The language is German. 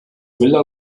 villa